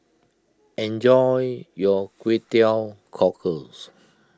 enjoy your Kway Teow Cockles